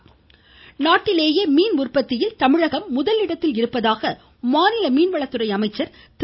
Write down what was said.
ஜெயக்குமார் நாட்டிலேயே மீன் உற்பத்தியில் தமிழகம் முதலிடத்தில் உள்ளதாக மாநில மீன்வளத்துறை அமைச்சர் திரு